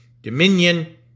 dominion